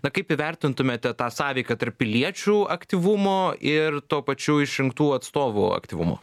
na kaip įvertintumėte tą sąveiką tarp piliečių aktyvumo ir tuo pačiu išrinktų atstovų aktyvumo